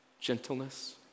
gentleness